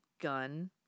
gun